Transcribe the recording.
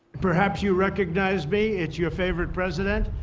perhaps you recognize me, it's your favorite president